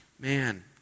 Man